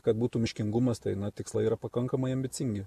kad būtų miškingumas tai na tikslai yra pakankamai ambicingi